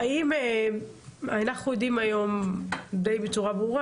האם היום אנחנו יודעים בצורה ברורה